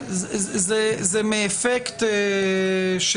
אפקט של